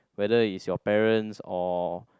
whether is your parents or